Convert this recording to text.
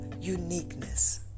uniqueness